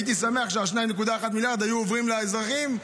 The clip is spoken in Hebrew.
הייתי שמח שה-2.1 מיליארד היו עוברים לאזרחים,